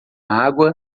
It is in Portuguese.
água